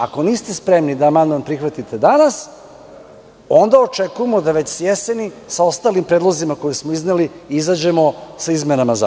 Ako niste spremni da amandman prihvatite danas, onda očekujemo da već s jeseni, sa ostalim predlozima koje smo izneli, izađemo sa izmenama zakona.